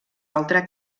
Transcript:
altre